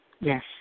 Yes